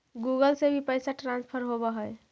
Google से भी पैसा ट्रांसफर होवहै?